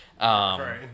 Right